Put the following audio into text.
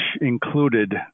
included